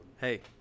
Hey